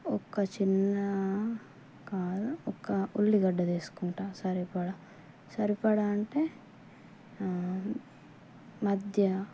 ఒక చిన్న కాదు ఒక ఉల్లిగడ్డ తీసుకుంటాను సరిపడా సరిపడ అంటే మధ్య